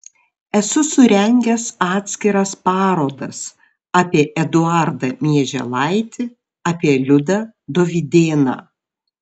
esu surengęs atskiras parodas apie eduardą mieželaitį apie liudą dovydėną